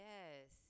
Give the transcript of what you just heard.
Yes